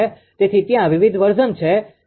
તેથી ત્યાં વિવિધ વર્ઝનversionsસંસ્કરણો છે